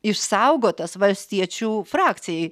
išsaugotas valstiečių frakcijai